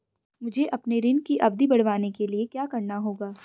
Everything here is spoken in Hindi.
मुझे अपने ऋण की अवधि बढ़वाने के लिए क्या करना होगा?